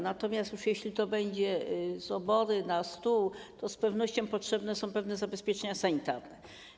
Natomiast jeśli już to będzie: z obory na stół, to z pewnością potrzebne są pewne zabezpieczenia sanitarne.